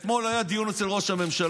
אני הצעתי, אתמול היה דיון אצל ראש הממשלה.